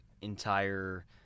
entire